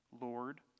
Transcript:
Lord